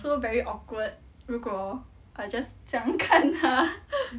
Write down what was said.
so very awkward 如果 I just 这样看他